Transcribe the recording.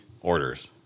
orders